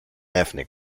ethnic